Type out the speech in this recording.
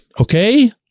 okay